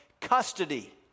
custody